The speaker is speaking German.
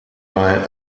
bei